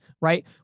right